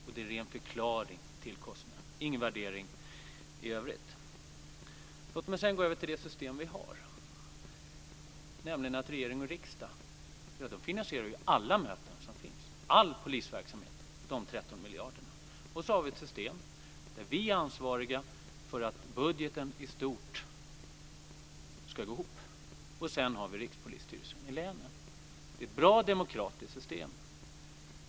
Det är en ren förklaring till kostnaderna, ingen värdering i övrigt. Låt mig sedan gå över till det system vi har, nämligen att regering och riksdag finansierar alla möten som finns, all polisverksamhet, de 13 miljarderna. Vi har ett system där vi är ansvariga för att budgeten i stort ska gå ihop. I länen har vi Rikspolisstyrelsen. Det är ett bra demokratiskt system.